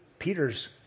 Peter's